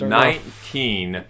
nineteen